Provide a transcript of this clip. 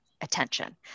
attention